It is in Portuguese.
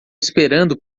esperando